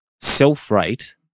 self-rate